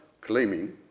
claiming